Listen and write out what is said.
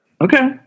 Okay